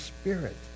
Spirit